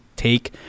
take